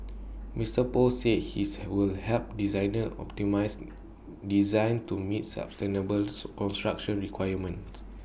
Mister Poh said his will help designers optimise designs to meet sustainable construction requirements